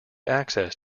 access